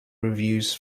reviews